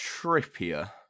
Trippier